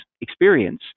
experience